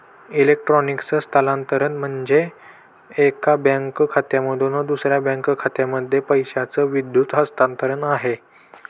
electronic स्थलांतरण म्हणजे, एका बँक खात्यामधून दुसऱ्या बँक खात्यामध्ये पैशाचं विद्युत हस्तांतरण आहे